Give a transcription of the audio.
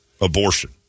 abortion